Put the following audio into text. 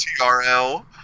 TRL